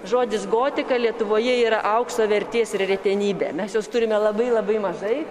žodis gotika lietuvoje yra aukso vertės ir retenybė mes jos turime labai labai mažai